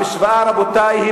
המשוואה, רבותי, היא